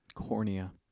Cornea